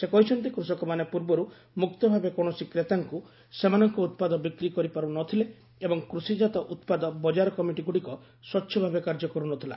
ସେ କହିଛନ୍ତି କୃଷକମାନେ ପୂର୍ବରୁ ମୁକ୍ତଭାବେ କୌଣସି କ୍ରେତାଙ୍କୁ ସେମାନଙ୍କ ଉତ୍ପାଦ ବିକ୍ରି କରିପାରୁନଥିଲେ ଏବଂ କୃଷିଜାତ ଉତ୍ପାଦ ବଜାର କମିଟି ଗୁଡ଼ିକ ସ୍ୱଚ୍ଛ ଭାବେ କାର୍ଯ୍ୟ କରୁନଥିଲା